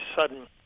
sudden